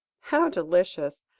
how delicious!